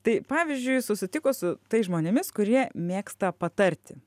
tai pavyzdžiui susitiko su tais žmonėmis kurie mėgsta patarti